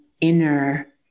inner